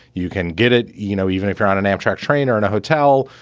you can get it. you know, even if you're on an amtrak train or in a hotel,